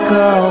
go